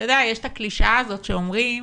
יש את הקלישאה שאומרים